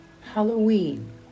Halloween